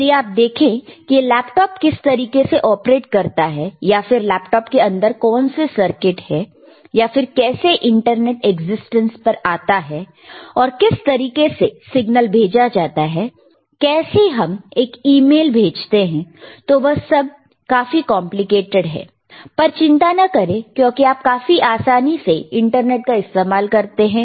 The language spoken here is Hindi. यदि आप देखें कि लैपटॉप किस तरीके से ऑपरेट करता है या फिर लैपटॉप के अंदर कौन से सर्किट हैं या फिर कैसे इंटरनेट एक्जिस्टेंस पर आता है और किस तरीके से सिग्नल भेजा जाता है कैसे हम एक ईमेल भेजते हैं तो वह सब काफी कॉम्प्लिकेटेड है पर चिंता ना करें क्योंकि आप काफी आसानी से इंटरनेट का इस्तेमाल करते हैं